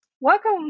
Welcome